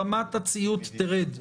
רמת הציות תרד.